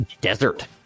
desert